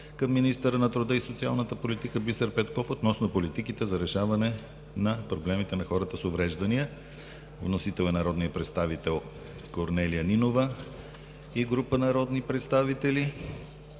към министъра на труда и социалната политика Бисер Петков относно политиките за решаване на проблемите на хората с увреждания. Вносители са народният представител Корнелия Нинова и група народни представители.